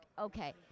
okay